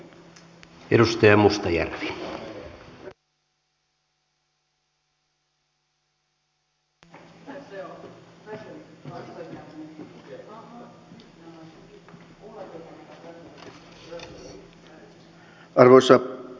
arvoisa puhemies